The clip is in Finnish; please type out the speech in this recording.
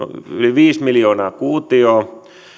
viisi miljoonaa kuutiota sadanviidenkymmenen kilometrin säteeltä